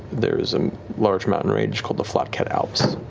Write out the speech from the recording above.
there is a large mountain range called the flotket alps.